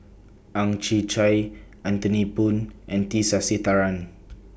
Ang Chwee Chai Anthony Poon and T Sasitharan